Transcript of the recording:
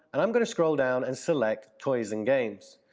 and i'm gonna scroll down and select toys and games,